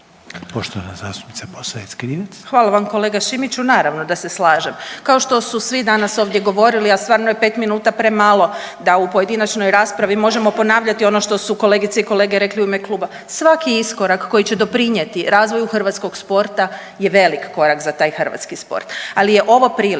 Poštovana zastupnica Posavec Krivec.